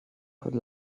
could